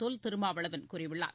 தொல் திருமாவளவன் கூறியுள்ளார்